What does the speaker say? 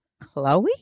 Chloe